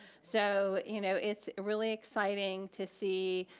so you know it's really exciting to see,